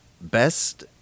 Best